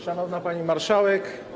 Szanowna Pani Marszałek!